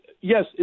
yes